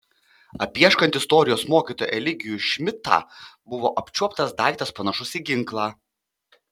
apieškant istorijos mokytoją eligijų šmidtą buvo apčiuoptas daiktas panašus į ginklą